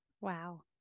Wow